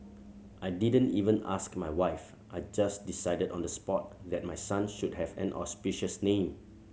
I didn't even ask my wife I just decided on the spot that my son should have an auspicious name